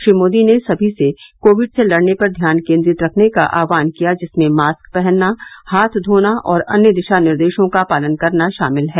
श्री मोदी ने सभी से कोविड से लड़ने पर ध्यान केंद्रित रखने का आह्वान किया जिसमें मास्क पहनना हाथ धोना और अन्य दिशा निर्देशों का पालन करना शामिल है